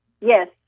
Yes